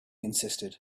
insisted